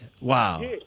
Wow